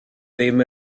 ddim